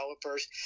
developers